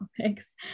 topics